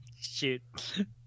Shoot